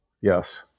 Yes